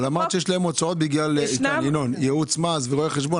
אמרת שיש להם הוצאות בגלל ייעוץ מס ורואה חשבון.